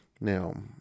now